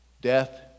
death